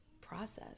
process